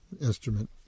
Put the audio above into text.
instrument